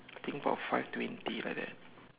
I think about five twenty like that